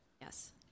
Yes